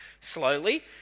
slowly